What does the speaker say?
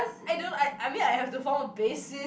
I don't I I mean I have to form a basis